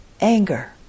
Anger